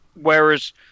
whereas